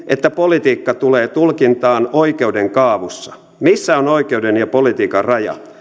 että politiikka tulee tulkintaan oikeuden kaavussa missä on oikeuden ja politiikan raja